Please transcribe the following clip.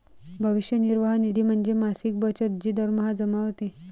भविष्य निर्वाह निधी म्हणजे मासिक बचत जी दरमहा जमा होते